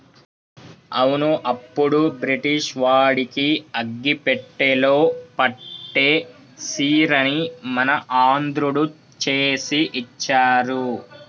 అవును అప్పుడు బ్రిటిష్ వాడికి అగ్గిపెట్టెలో పట్టే సీరని మన ఆంధ్రుడు చేసి ఇచ్చారు